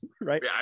Right